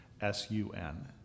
S-U-N